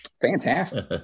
Fantastic